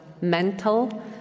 mental